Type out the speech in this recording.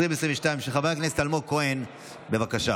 זה יעבור לוועדת הכנסת לקביעת ועדה.